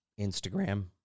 Instagram